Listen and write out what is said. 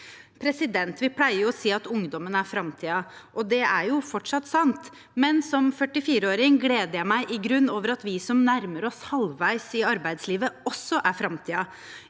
her og nå. Vi pleier å si at ungdommen er framtiden, og det er fortsatt sant, men som 44-åring gleder jeg meg i grunnen over at vi som nærmer oss halvveis i arbeidslivet, også er framtiden